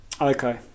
Okay